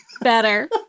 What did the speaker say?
better